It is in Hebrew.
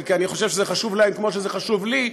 כי אני חושב שזה חשוב להן כמו שזה חשוב לי,